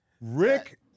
Rick